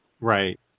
Right